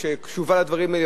שקשובה לדברים האלה,